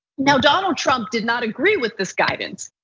now donald trump did not agree with this guidance.